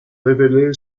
révélé